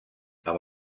amb